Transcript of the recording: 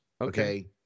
Okay